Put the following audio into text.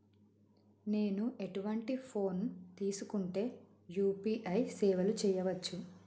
నేను ఎటువంటి ఫోన్ తీసుకుంటే యూ.పీ.ఐ సేవలు చేయవచ్చు?